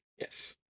Yes